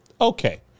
okay